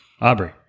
Aubrey